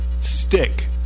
stick